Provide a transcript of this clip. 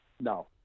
no